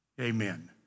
Amen